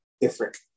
different